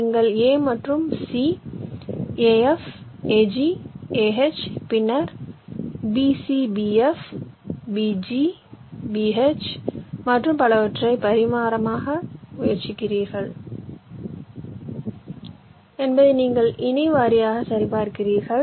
நீங்கள் a மற்றும் c a f a g a h பின்னர் b c b f b g b h மற்றும் பலவற்றை பரிமாற முயற்சிக்கிறீர்கள் என்பதை நீங்கள் இணை வாரியாக சரிபார்க்கிறீர்கள்